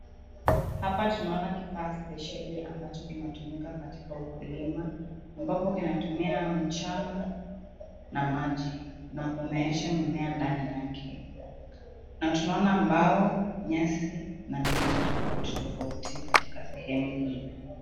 Hapa tunaona kifaa spesheli ambacho kinatumika katika ukulima ambapo kinatumia mchanga na maji na kumeesha mimea ndani yake, na tunaona mbao, nyasi na miti tofauti tofauti katika sehemu hii.